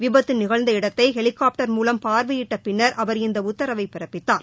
விபத்து நிகழ்ந்த இடத்தை ஹெலிகாப்டர் மூலம் பார்வையிட்ட பின்னர் அவர் இந்த உத்தரவை பிறப்பித்தார்